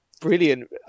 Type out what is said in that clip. brilliant